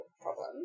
problem